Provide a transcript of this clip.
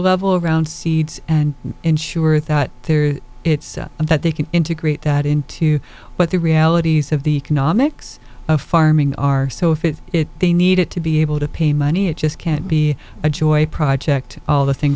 level around seeds and ensure that they're it's that they can integrate that into what the realities of the economics of farming are so if it it they need it to be able to pay money it just can't be a joy project all the things